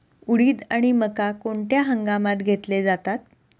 उडीद आणि मका कोणत्या हंगामात घेतले जातात?